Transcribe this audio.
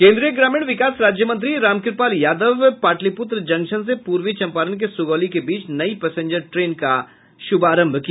केन्द्रीय ग्रामीण विकास राज्यमंत्री रामकृपाल यादव पाटलिपुत्र जंक्शन से पूर्वी चंपारण के सुगौली के बीच नई पैंसेजर ट्रेन का शुभारंभ किया